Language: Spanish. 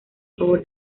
favor